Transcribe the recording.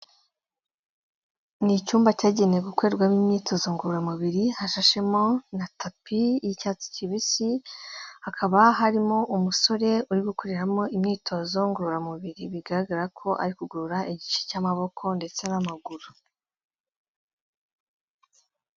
Ni icyumba cyagenewe gukorerwamo imyitozo ngororamubiri hashashemo na tapi y'icyatsi kibisi, hakaba harimo umusore uri gukurimo imyitozo ngororamubiri bigaragara ko ari kugorora igice cy'amaboko ndetse n'amaguru.